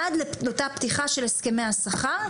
עד לאותה פתיחה של הסכמי השכר.